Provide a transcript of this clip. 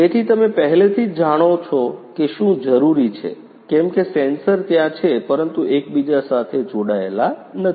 તેથી તમે પહેલેથી જ જાણો છો કે શું જરૂરી છે કેમ કે સેન્સર ત્યાં છે પરંતુ એકબીજા સાથે જોડાયેલા નથી